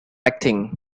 acting